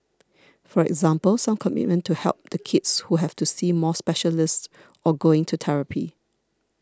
for example some commitment to help the kids who have to see more specialists or going to therapy